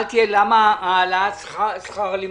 לגבי המעונות שאלתי למה העלאת שכר הלימוד.